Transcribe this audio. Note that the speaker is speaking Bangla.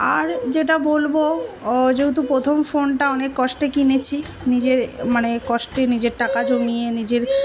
আর যেটা বলবো যেহেতু প্রথম ফোনটা অনেক কষ্টে কিনেছি নিজের মানে কষ্টে নিজের টাকা জমিয়ে নিজের